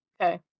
Okay